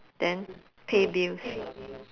then pay bills